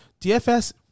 DFS